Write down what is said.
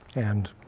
and